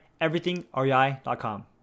everythingrei.com